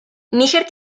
níger